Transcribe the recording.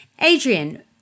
Adrian